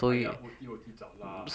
!aiya! O_T_O_T 找 lah